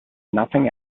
nothing